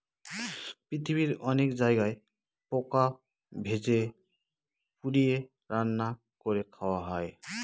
পৃথিবীর অনেক জায়গায় পোকা ভেজে, পুড়িয়ে, রান্না করে খাওয়া হয়